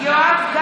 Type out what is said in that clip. (קוראת בשם חבר הכנסת) יואב גלנט,